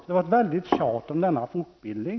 Det var ett väldigt tjat om denna fortbildning!